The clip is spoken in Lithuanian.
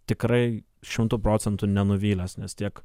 tikrai šimtu procentų nenuvylęs nes tiek